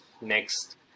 next